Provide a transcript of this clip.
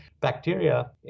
bacteria